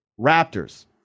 Raptors